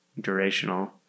durational